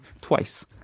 twice